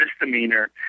misdemeanor